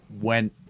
went